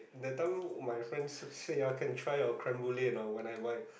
that time my friend s~ say ah can try your Creme-Brule or not when I buy